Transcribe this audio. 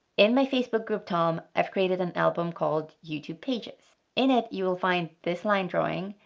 in my facebook group talm i've created an album called youtube pages. in it you will find this line drawing,